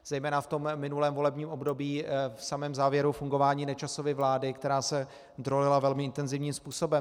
Zejména v minulém volebním období, v samém závěru fungování Nečasovy vlády, která se drolila velmi intenzivním způsobem.